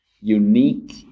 unique